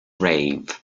rave